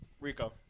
Rico